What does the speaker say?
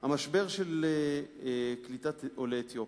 המשבר של קליטת עולי אתיופיה,